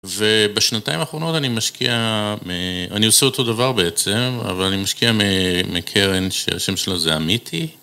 ובשנתיים האחרונות אני משקיע, אני עושה אותו דבר בעצם, אבל אני משקיע מקרן שהשם שלה זה אמיתי.